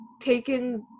taken